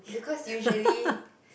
because usually